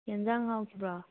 ꯌꯦꯟꯁꯥꯡ ꯍꯥꯎꯈꯤꯕ꯭ꯔꯣ